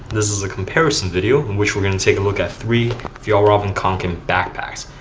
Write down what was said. this is a comparison video, in which we're going to take a look at three fjallraven kanken backpacks.